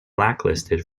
blacklisted